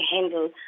handle